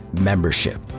membership